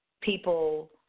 people